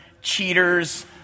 cheaters